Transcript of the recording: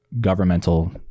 governmental